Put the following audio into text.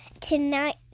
Tonight